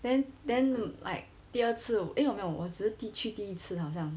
then then like 第二次 eh 我没有我只是去第一次好像